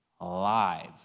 lives